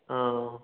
ꯑꯥ